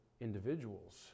individuals